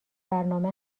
برنامه